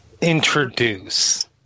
Introduce